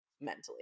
mentally